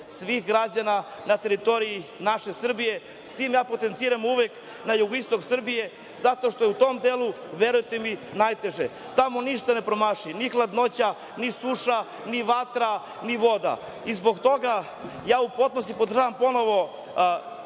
svih građana na teritoriji naše Srbije. S tim ja potenciram uvek na jugoistok Srbije, zato što je u tom delu, verujte, najteže. Tamo ništa ne promaši, ni hladnoća, ni suša, ni vatra, ni voda i zbog toga ja u potpunosti podržavam ponovo